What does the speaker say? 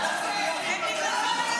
היא לא הייתה פה.